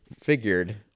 figured